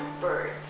birds